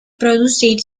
producir